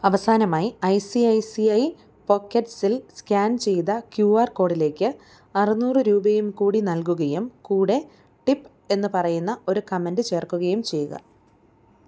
അവസാനമായി I C I C I പോക്കറ്റ്സിൽ scan ചെയ്ത ക്യു ആർ കോഡിലേക്ക് അറുന്നൂറ് രൂപയും കൂടി നൽകുകയും കൂടെ ടിപ്പ് എന്ന് പറയുന്ന ഒരു കമൻ്റ് ചേർക്കുകയും ചെയ്യുക